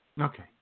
Okay